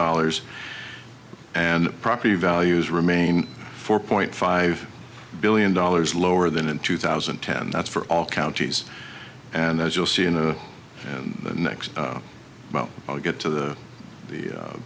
dollars and property values remain four point five billion dollars lower than in two thousand and ten that's for all counties and as you'll see in a and the next well i'll get to the